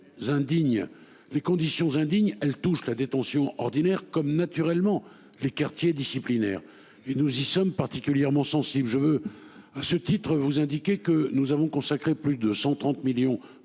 les conditions indignes, elle touche la détention ordinaires comme naturellement les quartiers disciplinaires et nous y sommes particulièrement sensible je veux à ce titre vous indiquer que nous avons consacré plus de 130 millions d'euros